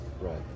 Right